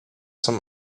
some